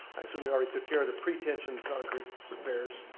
i assume we already took care of the pre-tensioned concrete repairs?